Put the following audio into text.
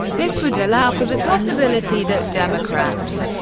this would allow for the possibility that democrats,